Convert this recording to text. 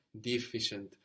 Deficient